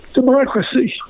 democracy